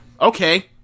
okay